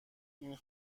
این